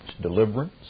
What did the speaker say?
deliverance